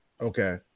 Okay